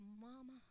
mama